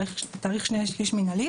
תאריך שני-שליש מינהלי.